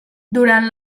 durant